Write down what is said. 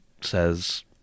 says